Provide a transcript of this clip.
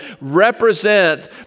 represent